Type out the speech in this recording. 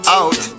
out